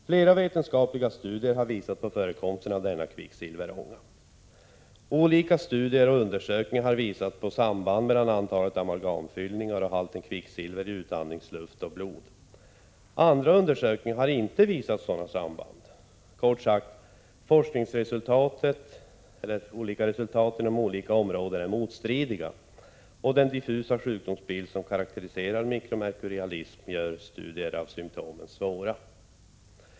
Flera vetenskapliga studier har visat på förekomsten av denna kvicksilverånga. Olika studier och undersökningar har visat på samband mellan antalet amalgamfyllningar och halten kvicksilver i utandningsluft och blod. Andra undersökningar har inte visat sådana samband. Kort sagt: Forskningsresultat inom olika områden är motstridiga, och den diffusa sjukdomsbild som karakteriserar mikromerkurialism gör studier av symptomen svåra.